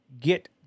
get